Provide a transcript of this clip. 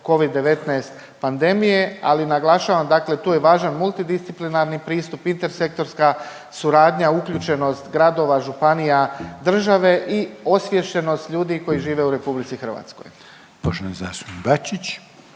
Covid-19 pandemije, ali naglašavam, dale tu je važan multidisciplinarni pristup, intersektorska suradnja, uključenost gradova, županija, države i osviještenost ljudi koji žive u RH. **Reiner, Željko (HDZ)** Poštovani zastupnik Bačić.